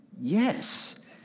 Yes